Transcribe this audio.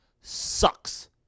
sucks